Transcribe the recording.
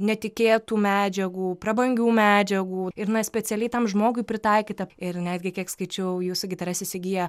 netikėtų medžiagų prabangių medžiagų ir na specialiai tam žmogui pritaikyta ir netgi kiek skaičiau jūsų gitaras įsigija